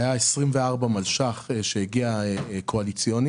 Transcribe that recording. היו 24 מיליון שקלים שהגיעו מתוקף קואליציוני